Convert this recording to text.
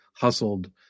hustled